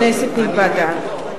כנסת נכבדה,